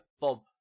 Bob